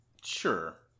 Sure